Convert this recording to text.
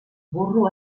burro